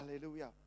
Hallelujah